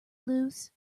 loose